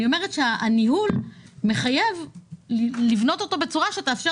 אני אומרת שהניהול מחייב לבנות אותו בצורה שתאפשר